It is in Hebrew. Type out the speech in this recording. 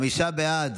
חמישה בעד,